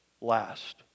last